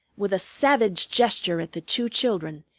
with a savage gesture at the two children,